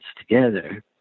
together